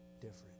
different